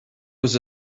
was